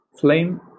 flame